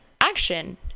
action